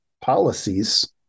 policies